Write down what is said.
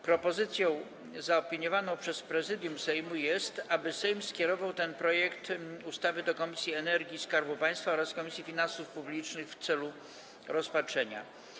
Propozycją zaopiniowaną przez Prezydium Sejmu jest, aby Sejm skierował ten projekt ustawy do Komisji do Spraw Energii i Skarbu Państwa oraz Komisji Finansów Publicznych w celu rozpatrzenia.